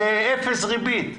באפס ריבית.